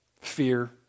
Fear